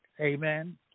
Amen